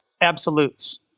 absolutes